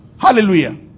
Hallelujah